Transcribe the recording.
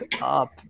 up